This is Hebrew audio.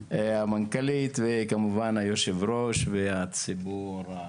המנכ"לית, כמובן יושב הראש והציבור,